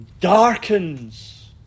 darkens